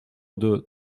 deux